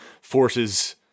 forces